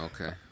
Okay